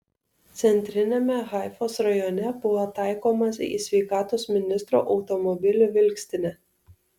centriniame haifos rajone buvo taikomasi į sveikatos ministro automobilių vilkstinę